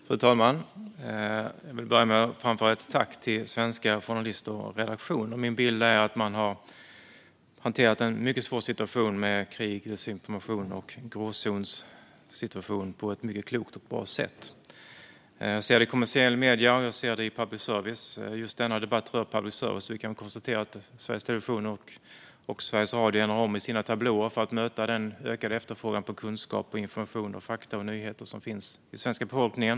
Fru talman! Jag vill börja med att framföra ett tack till svenska journalister och redaktioner. Min bild är att man har hanterat en mycket svår situation med krig, desinformation och gråzonssituationer på ett mycket klokt och bra sätt. Jag ser det i kommersiella medier, och jag ser det i public service. Just denna debatt rör public service, så vi kan väl konstatera att Sveriges Television och Sveriges Radio ändrar om i sina tablåer för att möta den ökade efterfrågan på kunskap, information, fakta och nyheter som finns hos den svenska befolkningen.